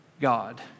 God